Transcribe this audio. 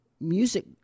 Music